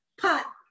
pot